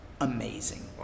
Amazing